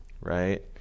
right